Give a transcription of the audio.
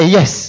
Yes